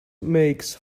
makes